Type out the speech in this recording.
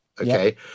Okay